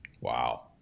Wow